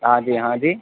ہاں جی ہاں جی